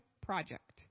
project